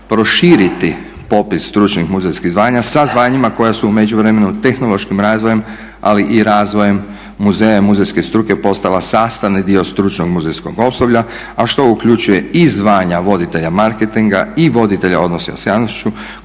proširiti popis stručnih muzejskih zvanja sa zvanjima koja su u međuvremenu tehnološkim razvojem ali i razvojem muzeja i muzejske struke postala sastavni dio stručnog muzejskog osoblja a što uključuje i zvanja voditelja marketinga i voditelja odnosa s javnošću